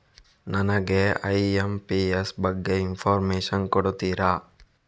ನನಗೆ ಐ.ಎಂ.ಪಿ.ಎಸ್ ಬಗ್ಗೆ ಇನ್ಫೋರ್ಮೇಷನ್ ಕೊಡುತ್ತೀರಾ?